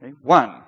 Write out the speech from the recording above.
One